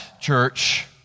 church